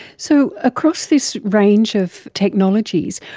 so across this range of technologies,